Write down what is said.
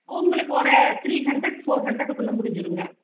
உங்களுக்கு ஒரு three hundred four ஹண்ட்ரேட்டுக்குக்குள்ளே முடிஞ்சுருங்க